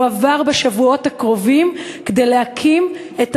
יועבר בשבועות הקרובים כדי להקים את